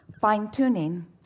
fine-tuning